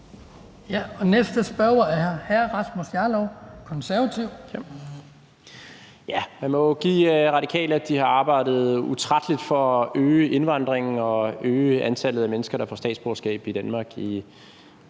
Konservative. Kl. 15:24 Rasmus Jarlov (KF): Man må jo give Radikale, at de har arbejdet utrætteligt for at øge indvandringen og øge antallet af mennesker, der får statsborgerskab i Danmark,